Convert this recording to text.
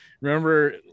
remember